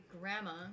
grandma